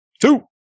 two